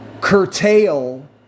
curtail